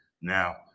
now